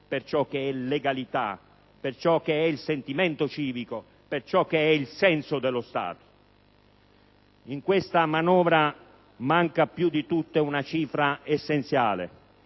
per ciò che è legalità, per ciò che è il sentimento civico, per ciò che è il senso dello Stato? In questa manovra manca più di tutte una cifra essenziale: